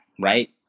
Right